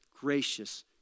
gracious